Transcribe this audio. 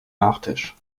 nachtisch